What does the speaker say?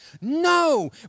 No